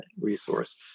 resource